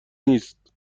نیست